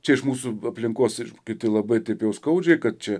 čia iš mūsų aplinkos ir kiti labai taip jau skaudžiai kad čia